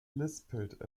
lispelt